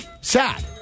sad